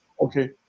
okay